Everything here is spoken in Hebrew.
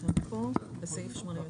סעיף 86